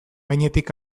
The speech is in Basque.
gainetik